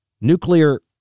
nuclear